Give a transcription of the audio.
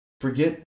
forget